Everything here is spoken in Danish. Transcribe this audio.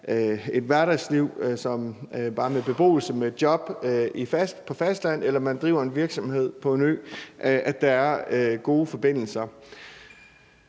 et hverdagsliv med bare beboelse, man har job på fastlandet og pendler eller man driver en virksomhed på en ø, at der er gode forbindelser.